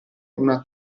una